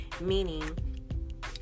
meaning